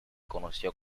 conoció